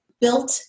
built